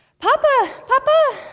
papa! papa!